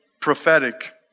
prophetic